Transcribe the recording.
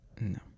No